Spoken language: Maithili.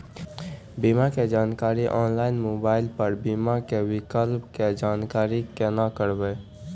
बीमा के जानकारी ऑनलाइन मोबाइल पर बीमा के विकल्प के जानकारी केना करभै?